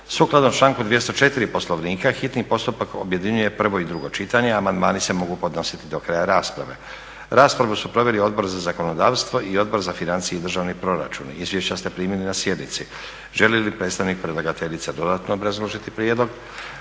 Sukladno članku 204. Poslovnika hitni postupak objedinjuje prvo i drugo čitanje, amandmani se mogu podnositi do kraja rasprave. Raspravu su proveli Odbor za zakonodavstvo i Odbor za financije i državni proračun. Izvješća ste primili na sjednici. Želi li predstavnik predlagateljice dodatno obrazložiti prijedlog?